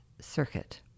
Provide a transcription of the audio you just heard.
circuit